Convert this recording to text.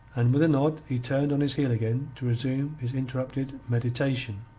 and with a nod he turned on his heel again to resume his interrupted mediation.